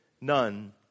none